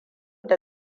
da